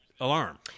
alarm